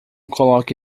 coloque